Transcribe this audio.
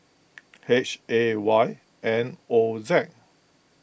H A Y N O Z